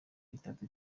itatu